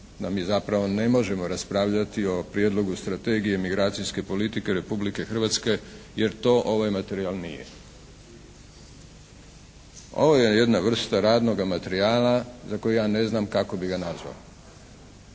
da mi zapravo ne možemo raspravljati o Prijedlogu Strategije migracijske politike Republike Hrvatske jer to ovaj materijal nije. Ovo je jedna vrsta radnoga materijala za koji ja ne znam kako bi ga nazvao.